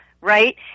right